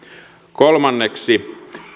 kolmanneksi